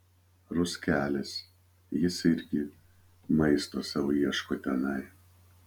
ruskelis jis irgi maisto sau ieško tenai